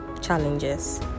challenges